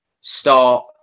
start